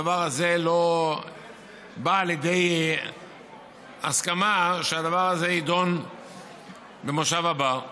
הדבר הזה לא בא לידי הסכמה שהדבר הזה יידון במושב הבא.